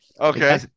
okay